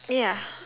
yeah